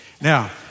Now